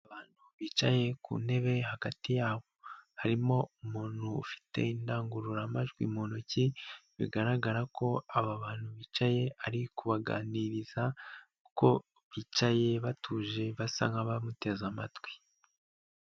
Abantu bicaye ku ntebe, hagati yabo harimo umuntu ufite indangururamajwi mu ntoki bigaragara ko aba bantu bicaye ari kubabaganiriza kuko bicaye batuje basa nk'abamuteze amatwi.